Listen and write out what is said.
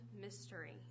mystery